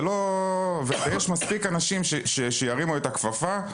וכשיש מספיק אנשים שירימו את הכפפה,